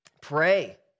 pray